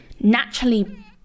naturally